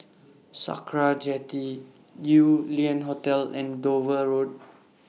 Sakra Jetty Yew Lian Hotel and Dover Road